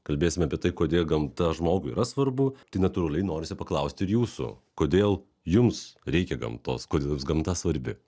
kalbėsime apie tai kodėl gamta žmogui yra svarbu tai natūraliai norisi paklausti ir jūsų kodėl jums reikia gamtos kodėl jums gamta svarbi